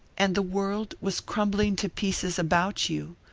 and the world was crumbling to pieces about you,